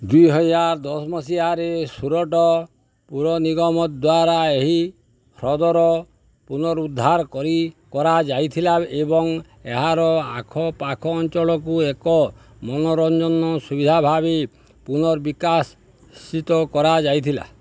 ଦୁଇହଜାର ଦଶ ମସିହାରେ ସୁରଟ ପୌର ନିଗମ ଦ୍ୱାରା ଏହି ହ୍ରଦର ପୁର୍ନରୁଦ୍ଧାର କରି କରାଯାଇଥିଲା ଏବଂ ଏହାର ଆଖପାଖ ଅଞ୍ଚଳକୁ ଏକ ମନୋରଞ୍ଜନ ସୁବିଧା ଭାବେ ପୁର୍ନବିକାଶିତ କରାଯାଇଥିଲା